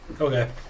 Okay